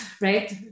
Right